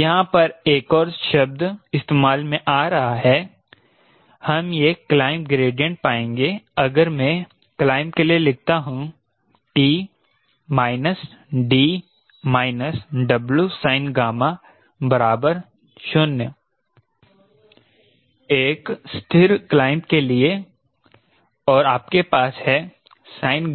यहां पर एक और शब्द इस्तेमाल में आ रहा है हम यह क्लाइंब ग्रेडिएंट पाएंगे अगर मैं क्लाइंब के लिए लिखता हूं T D Wsin 0 एक स्थिर क्लाइंब के लिए और आपके पास है sin